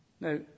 Now